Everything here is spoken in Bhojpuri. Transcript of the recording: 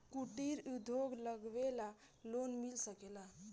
कुटिर उद्योग लगवेला लोन मिल सकेला?